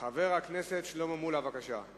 חבר הכנסת שלמה מולה, בבקשה.